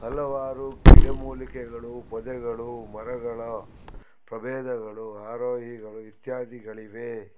ಹಲವಾರು ಗಿಡಮೂಲಿಕೆಗಳು ಪೊದೆಗಳು ಮರಗಳ ಪ್ರಬೇಧಗಳು ಆರೋಹಿಗಳು ಇತ್ಯಾದಿಗಳಿವೆ